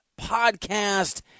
podcast